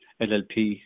LLP